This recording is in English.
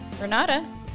Renata